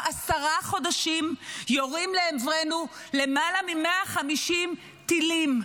עשרה חודשים יורים לעברנו למעלה מ-150 טילים,